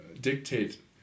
dictate